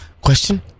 Question